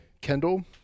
Kendall